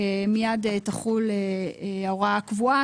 מיד תחול ההוראה הקבועה,